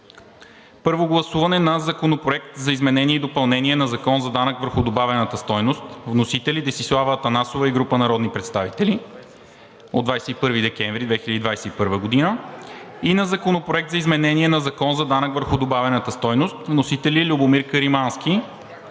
Първо гласуване на Законопроекта за изменение и допълнение на Закона за данък върху добавената стойност с вносители Десислава Атанасова и група народни представители на 21 декември 2021 г., и на Законопроекта за изменение на Закона за данък върху добавената стойност с вносители Любомир Каримански